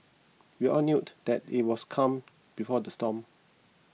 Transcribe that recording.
we all knew that it was calm before the storm